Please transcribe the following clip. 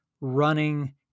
running